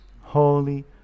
holy